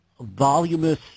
voluminous